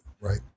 right